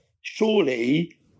surely